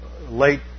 late